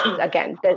again